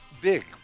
big